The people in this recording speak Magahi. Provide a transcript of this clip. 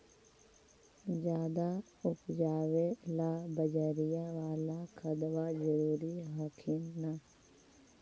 ज्यादा उपजाबे ला बजरिया बाला खदबा जरूरी हखिन न?